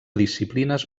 disciplines